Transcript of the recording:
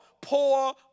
poor